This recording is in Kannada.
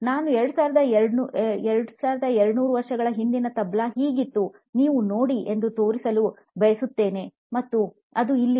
ನಾನು 2200 ವರ್ಷಗಳ ಹಿಂದಿನ "ತಬ್ಲಾ""Tabla" ಹೀಗಿತ್ತು ನೀವು ನೋಡಿ ಎಂದು ತೋರಿಸಲು ಬಯಸುತ್ತೇನೆ ಮತ್ತು ಅದು ಇಲ್ಲಿದೆ